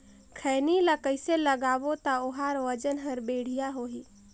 खैनी ला कइसे लगाबो ता ओहार वजन हर बेडिया होही?